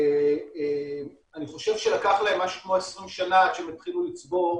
ואני חושב שלקח להם משהו כמו 20 שנה עד שהם התחילו לצבור